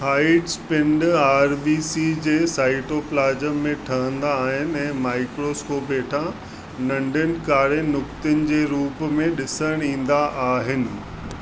Heights पिंड RBC जे cytoplasm में ठहंदा आहिन ऐं माइक्रोस्कोप हेठां नंढनि कारनि नुक़्तनि जे रूप में ॾिसण ईंदा आहिनि